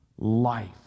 Life